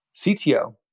CTO